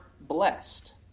blessed